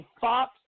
Fox